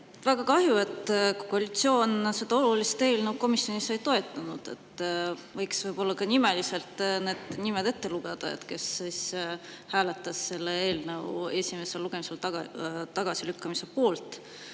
Väga kahju, et koalitsioon seda olulist eelnõu komisjonis ei toetanud. Võiks võib-olla ka nimeliselt need nimed ette lugeda, kes hääletas selle eelnõu esimesel lugemisel tagasilükkamise poolt. Aga